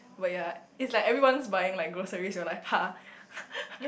but ya it's like everyone's buying like groceries we are like ha